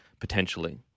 potentially